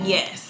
Yes